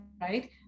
right